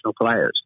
players